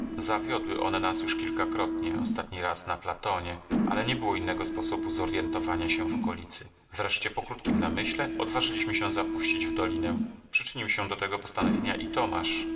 zawiodły one nas już kilkakrotnie ostatni raz na platonie ale nie było innego sposobu zorjentowania się w okolicy wreszcie po krótkim namyśle odważyliśmy się zapuścić w dolinę przyczynił się do tego postanowienia i tomasz